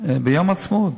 ביום העצמאות?